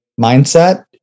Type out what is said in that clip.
mindset